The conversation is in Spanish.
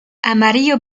amarillo